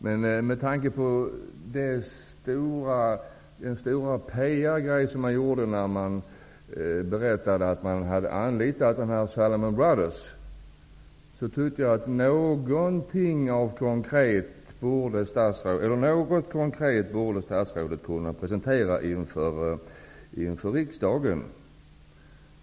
Men med tanke på den stora PR-grej man gjorde när man berättade att man hade anlitat Salomon Brothers, tycker jag att statsrådet borde kunna presentera något konkret inför riksdagen.